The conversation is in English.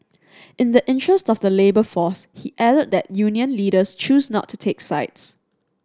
in the interest of the labour force he added that union leaders choose not to take sides